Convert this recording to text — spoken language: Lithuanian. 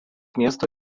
miesto